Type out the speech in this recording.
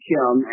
Kim